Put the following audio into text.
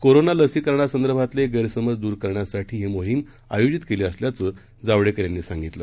कोरोनालसीकरणासंदर्भातलेगैरसमजदूरकरण्यासाठीहीमोहीमआयोजितकेलीअसल्याचंजावडेकरयांनीसांगितलं